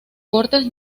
cortes